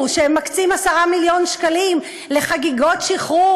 שהם מקצים 10 מיליון שקלים לחגיגות שחרור,